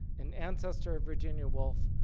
an ancestor of virginia woolf,